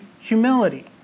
humility